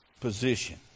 position